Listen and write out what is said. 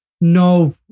No